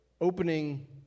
opening